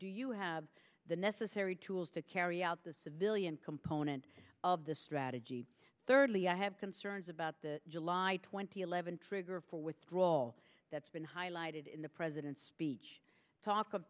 do you have the necessary tools to carry out the civilian component of the strategy thirdly i have concerns about the july twenty seventh trigger for withdrawal that's been highlighted in the president's speech talk of